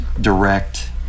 direct